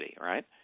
right